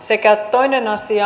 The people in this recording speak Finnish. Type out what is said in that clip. sekä toinen asia